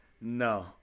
no